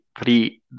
three